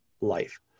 life